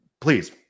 please